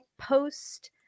post